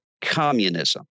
communism